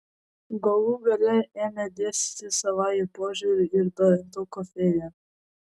galų gale ėmė dėstyti savąjį požiūrį į dantukų fėją